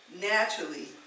Naturally